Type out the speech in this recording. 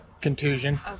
contusion